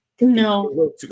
No